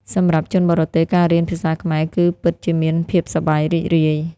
សម្រាប់ជនបរទេស ការរៀនភាសាខ្មែរគឺពិតជាមានភាពសប្បាយរីករាយ។